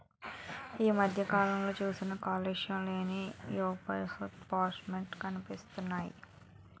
ఈ మధ్య ఎక్కడ చూసినా కాలుష్యం లేని బయోగాస్ ప్లాంట్ లే కనిపిస్తున్నాయ్